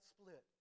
split